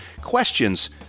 questions